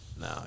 No